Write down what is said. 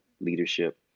leadership